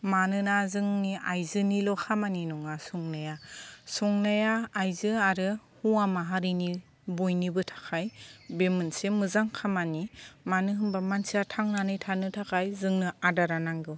मानोना जोंनि आइजोनिल' खामानि नङा संनाया संनाया आइजो आरो हौवा माहारिनि बयनिबो थाखाय बे मोनसे मोजां खामानि मानो होनब्ला मानसिया थांनानै थानो थाखाय जोंनो आदारा नांगौ